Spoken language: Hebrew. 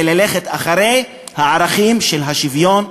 של ללכת אחרי הערכים של השוויון,